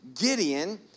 Gideon